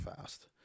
fast